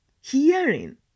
hearing